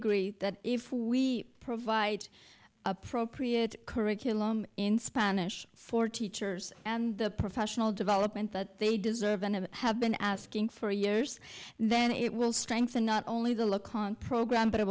agree that if we provide appropriate curriculum in spanish for teachers and the professional development that they deserve and have have been asking for years then it will strengthen not only the look on program but it